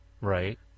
Right